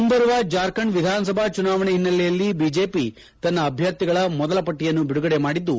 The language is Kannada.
ಮುಂಬರುವ ಜಾರ್ಖಂಡ್ ವಿಧಾನಸಭಾ ಚುನಾವಣೆ ಓನ್ನೆಲೆಯಲ್ಲಿ ಐಜೆಪಿ ತನ್ನ ಅಭ್ದರ್ಥಿಗಳ ಮೊದಲ ಪಟ್ಟಿಯನ್ನು ಐಡುಗಡೆ ಮಾಡಿದ್ದು